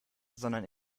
sondern